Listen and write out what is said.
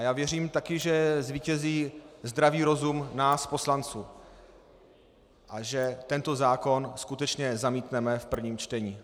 A věřím taky, že zvítězí zdravý rozum nás poslanců a že tento zákon skutečně zamítneme v prvním čtení.